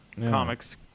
comics